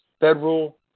federal